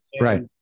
Right